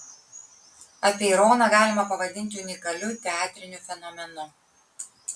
apeironą galima pavadinti unikaliu teatriniu fenomenu